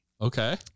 Okay